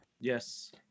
Yes